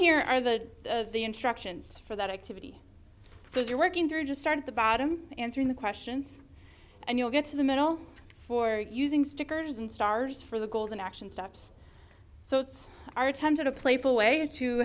here are the of the instructions for that activity so if you're working through just start at the bottom answering the questions and you'll get to the middle for using stickers and stars for the goals and action steps so it's our times in a playful way to